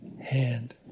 hand